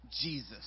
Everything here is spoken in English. Jesus